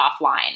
offline